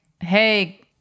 hey